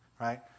right